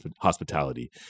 hospitality